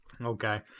Okay